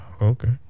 Okay